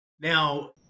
Now